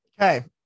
okay